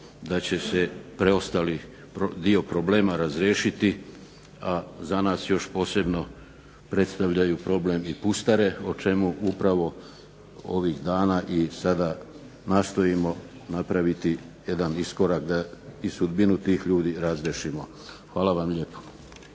da će se preostali dio problema razriješiti, a za nas još posebno predstavljaju problem i pustare o čemu upravo ovih dana i sada nastojimo napraviti jedan iskorak da i sudbinu tih ljudi razriješimo. Hvala vam lijepo.